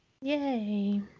Yay